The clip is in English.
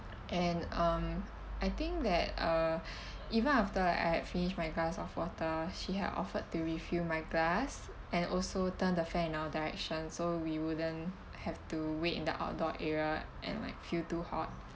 and um I think that uh even after I had finished my glass of water she had offered to refill my glass and also turned the fan in our direction so we wouldn't have to wait in the outdoor area and like feel too hot